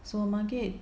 supermarket